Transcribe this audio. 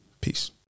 peace